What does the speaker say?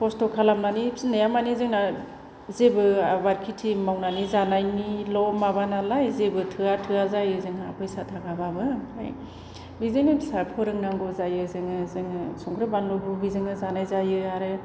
खस्थ' खालामनानै फिनाया जोंना जेबो आबाद खेथि मावनानै जानायनिल' माबा नालाय जेबो थोआ थोआ जायो जोंहा फैसा थाखाब्लाबो आमफ्राय बेजोंनो फिसा फोरोंनांगौ जायो जोङो संख्रि बानलु बेजोंनो जानाय जायो आरो